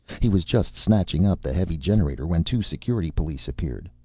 he was just snatching up the heavy generator when two security police appeared.